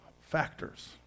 factors